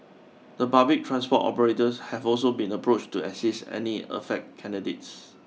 the public transport operators have also been approached to assist any affect candidates